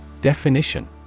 Definition